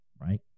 right